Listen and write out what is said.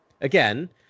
again